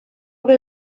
they